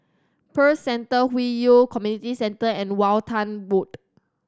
Pearl Centre Hwi Yoh Community Centre and Walton Road